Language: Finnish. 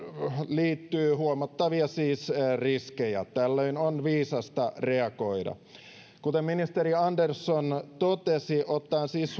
liittyy siis huomattavia riskejä tällöin on viisasta reagoida kuten ministeri andersson totesi ottaen siis